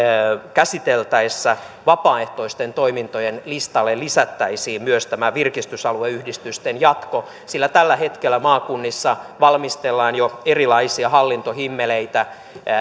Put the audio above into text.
käsiteltäessä vapaaehtoisten toimintojen listalle lisättäisiin myös tämä virkistysalueyhdistysten jatko sillä tällä hetkellä maakunnissa valmistellaan jo erilaisia hallintohimmeleitä